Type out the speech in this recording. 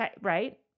Right